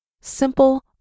simple